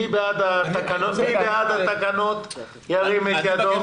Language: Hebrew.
מי בעד התקנות ירים את ידו?